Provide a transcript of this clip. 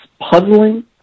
puzzling